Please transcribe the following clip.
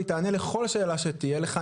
והיא תענה לכל שאלה שתהיה לך,